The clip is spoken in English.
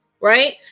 Right